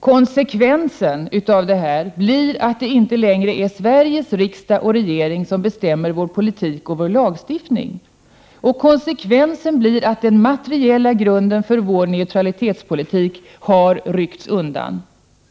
Konsekvenserna av detta blir att det inte längre är Sveriges riksdag och regering som beslutar om vår politik och vår lagstiftning, samt att den materiella grunden för vår neutralitetspolitik rycks undan.